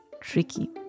tricky